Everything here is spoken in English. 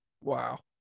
wow